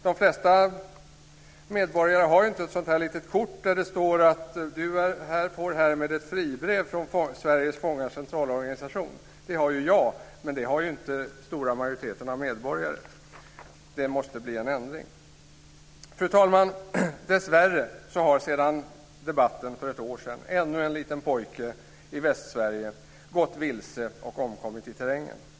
De flesta medborgare har ju inte ett sådant här litet kort där det står: Du får härmed ett fribrev från Sveriges fångars centralorganisation. Det har jag, men det har inte den stora majoriteten av medborgare. Det måste bli en ändring. Fru talman! Dessvärre har sedan debatten för ett år sedan ännu en liten pojke i Västsverige gått vilse och omkommit i terrängen.